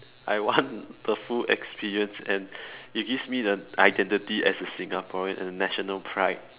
I want the full experience and it gives me the identity as a Singaporean and a national pride